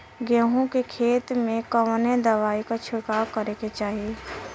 गेहूँ के खेत मे कवने दवाई क छिड़काव करे के चाही?